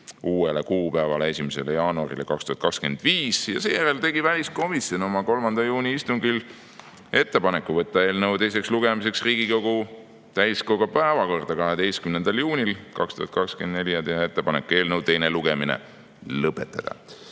uuele kuupäevale, 1. jaanuarile 2025. Seejärel tegi väliskomisjon oma 3. juuni istungil ettepaneku võtta eelnõu teiseks lugemiseks Riigikogu täiskogu päevakorda 12. juunil 2024 ja teha ettepanek eelnõu teine lugemine lõpetada.